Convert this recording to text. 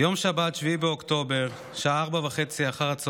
יום שבת, 7 באוקטובר, שעה 16:30,